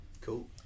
Cool